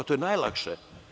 To je najlakše.